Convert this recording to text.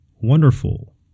Wonderful